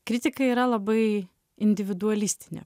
kritika yra labai individualistinė